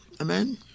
Amen